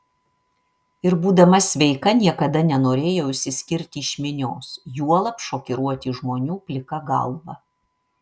ir būdama sveika niekada nenorėjau išsiskirti iš minios juolab šokiruoti žmonių plika galva